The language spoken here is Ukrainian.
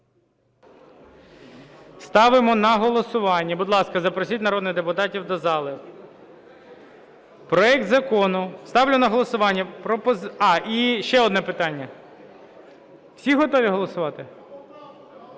Ставимо на голосування. Будь ласка, запросіть народних депутатів до зали. Проект Закону... Ставлю на голосування пропозицію... А, і ще одне питання: всі готові голосувати?